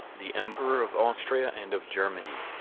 the emperor of austria and of germany.